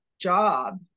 job